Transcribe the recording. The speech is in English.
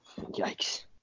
Yikes